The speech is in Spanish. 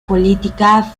política